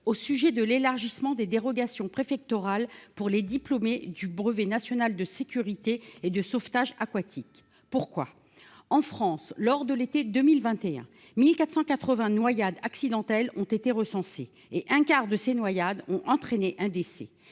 au sujet de l'élargissement des dérogations préfectorales pour les diplômés du brevet national de sécurité et de sauvetage aquatique (BNSSA). En effet, en France, lors de l'été 2021, quelque 1 480 noyades accidentelles ont été recensées ; un quart de ces noyades ont entraîné un décès.